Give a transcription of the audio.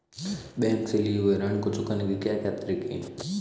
Bank से लिए हुए ऋण को चुकाने के क्या क्या तरीके हैं?